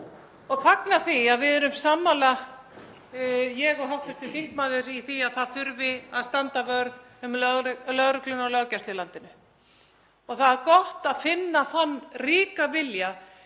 og fagna því að við erum sammála, ég og hv. þingmaður, í því að það þurfi að standa vörð um lögregluna og löggæslu í landinu. Það er gott að finna þann ríka vilja